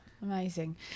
Amazing